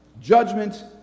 Judgment